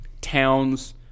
Towns